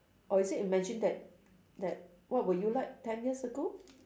or is it imagine that that what were you like ten years ago